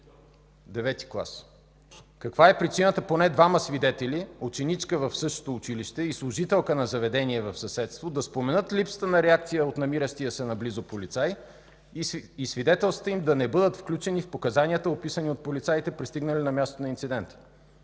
ІХ клас? Каква е причината поне двама свидетели – ученичка в същото училище и служителка на заведение в съседство, да споменат липсата на реакция от намиращия се наблизо полицай и свидетелствата им да не бъдат включени в показанията, описани от полицаите, пристигнали на мястото на инцидента?